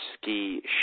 ski